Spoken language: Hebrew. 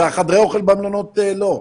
וחדרי האוכל במלונות לא?